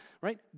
right